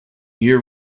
year